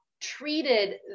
treated